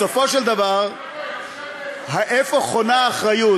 בסופו של דבר, איפה חונה האחריות?